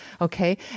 Okay